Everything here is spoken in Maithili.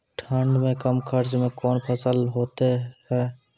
ठंड मे कम खर्च मे कौन फसल होते हैं?